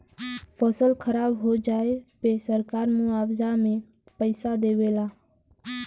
फसल खराब हो जाये पे सरकार मुआवजा में पईसा देवे ला